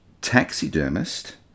taxidermist